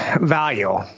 value